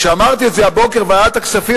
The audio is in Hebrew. כשאמרתי את זה הבוקר בוועדת הכספים,